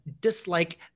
dislike